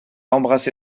embrassé